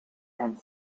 and